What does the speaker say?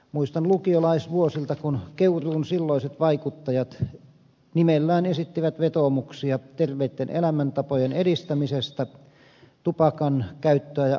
muistan lukiolaisvuosilta kun keuruun silloiset vaikuttajat nimellään esittivät vetoomuksia terveitten elämäntapojen edistämisestä tupakankäyttöä ja alkoholia vastaan